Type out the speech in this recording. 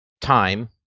time